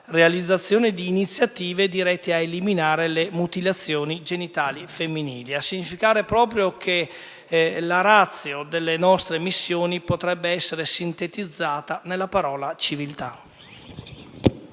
realizzazione di iniziative dirette ad eliminare le mutilazioni genitali femminili, a significare proprio che la *ratio* delle nostre missioni potrebbe essere sintetizzata nella parola civiltà.